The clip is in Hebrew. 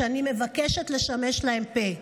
שאני מבקשת לשמש להם פה.